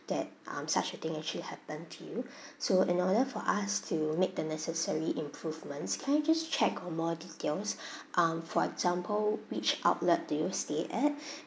that um such a thing actually happened to you so in order for us to make the necessary improvements can I just check on more details um for example which outlet did you stay at